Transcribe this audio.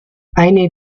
eine